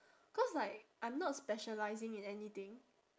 cause like I'm not specialising in anything